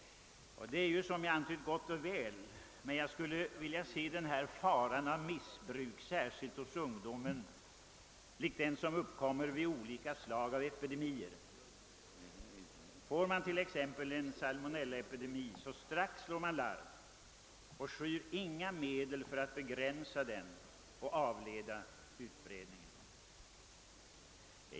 Detta är, som jag antytt, gott och väl. Men jag skulle önska att man betraktar denna fara för missbruk, särskilt hos ungdomen, på samma sätt som den som uppkommer vid olika slag av epidemier. Uppstår t.ex. en salmonellaepidemi slår man strax larm och skyr inga medel för att hindra en fortsatt utbredning.